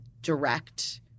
direct